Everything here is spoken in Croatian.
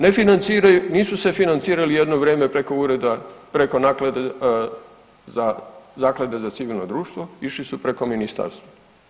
Ne financiraju, nisu se financirali jedno vrijeme preko ureda, preko naklade za, Zaklade za civilno društvo, išli su preko Ministarstva.